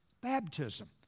baptism